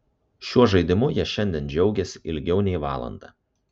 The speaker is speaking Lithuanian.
šiuo žaidimu jie šiandien džiaugėsi ilgiau nei valandą